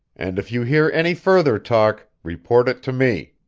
and if you hear any further talk, report it to me.